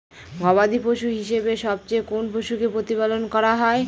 গবাদী পশু হিসেবে সবচেয়ে কোন পশুকে প্রতিপালন করা হয়?